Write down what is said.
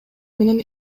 менен